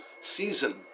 season